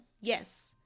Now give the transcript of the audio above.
Yes